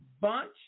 Bunch